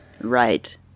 Right